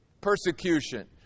persecution